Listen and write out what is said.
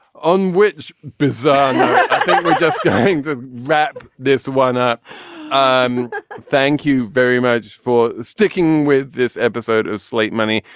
onwhich bizarre we're just going to wrap this one up um thank you very much for sticking with this episode of slate money.